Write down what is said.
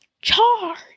Charge